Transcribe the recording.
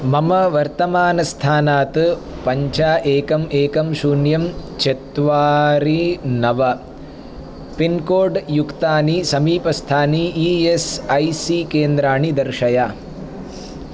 मम वर्तमानस्थानात् पञ्च एकम् एकं शून्यं चत्वारि नव पिन्कोड् युक्तानि समीपस्थानि ई एस् ऐ सी केन्द्राणि दर्शय